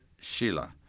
Sheila